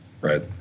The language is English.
right